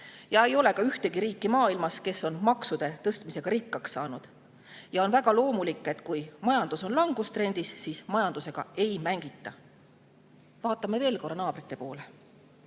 Ei ole ühtegi riiki maailmas, kes on maksude tõstmisega rikkaks saanud. Ja on väga loomulik, et kui majandus on langustrendis, siis majandusega ei mängita. Vaatame veel korra naabrite poole.